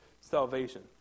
salvation